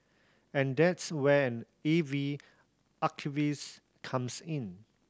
and that's where an A V archivist comes in